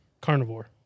carnivore